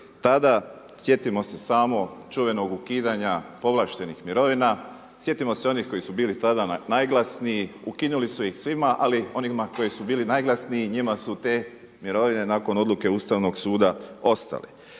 Tada sjetimo se samo čuvenog ukidanja povlaštenih mirovina, sjetimo se onih koji su bili tada najglasniji, ukinuli su ih svima ali onima koji su bili najglasniji njima su te mirovine nakon odluke Ustavnog suda ostale.